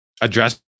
address